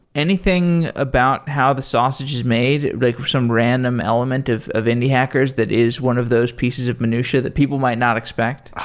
anything about how the sausage is made? like some random element of of indie hackers that is one of those pieces of minutia that people might not expect?